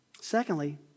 Secondly